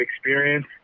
experience